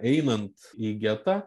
einant į getą